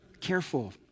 careful